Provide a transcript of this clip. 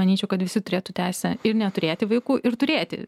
manyčiau kad visi turėtų teisę ir neturėti vaikų ir turėti